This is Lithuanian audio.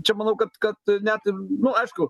čia manau kad kad net ir nu aišku